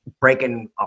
breaking